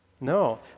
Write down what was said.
No